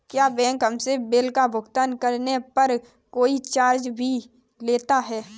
क्या बैंक हमसे बिल का भुगतान करने पर कोई चार्ज भी लेता है?